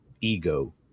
ego